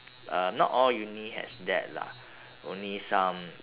uh not all uni has that lah only some